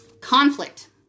Conflict